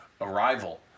arrival